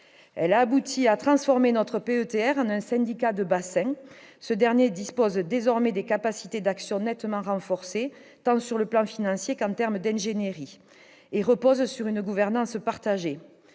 a abouti à la transformation de notre PETR en un syndicat de bassin. Ce dernier dispose désormais de capacités d'action nettement renforcées, tant sur le plan financier qu'en termes d'ingénierie. Il fonctionne sur les bases d'une gouvernance partagée.